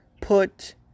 put